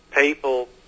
people